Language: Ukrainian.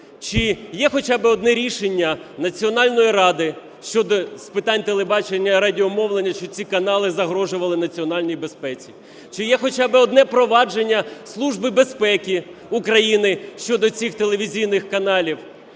чи є хоча би одне рішення Національної ради щодо… з питань телебачення і радіомовлення, що ці канали загрожували національній безпеці, чи є хоча би одне провадження Служби безпеки України щодо цих телевізійних каналів,